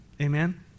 Amen